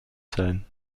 sein